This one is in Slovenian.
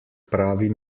pravi